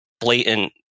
blatant